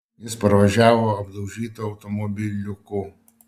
jis parvažiavo apdaužytu automobiliuku